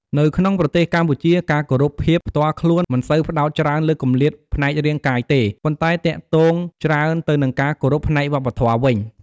នៅក្នុងប្រទេសកម្ពុជា ការគោរពភាពផ្ទាល់ខ្លួនមិនសូវផ្តោតច្រើនលើគម្លាតផ្នែករាងកាយទេ ប៉ុន្តែទាក់ទងច្រើនទៅនឹងការគោរពផ្នែកវប្បធម៌វិញ។